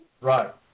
Right